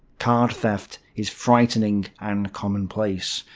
card theft is frightening and commonplace,